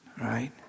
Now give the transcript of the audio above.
Right